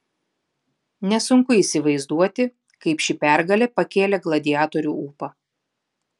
nesunku įsivaizduoti kaip ši pergalė pakėlė gladiatorių ūpą